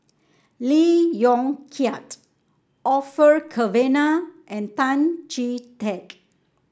Lee Yong Kiat Orfeur Cavenagh and Tan Chee Teck